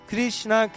Krishna